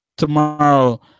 tomorrow